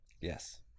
Yes